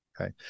Okay